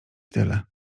tyle